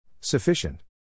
sufficient